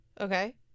Okay